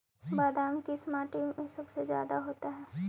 बादाम किस माटी में सबसे ज्यादा होता है?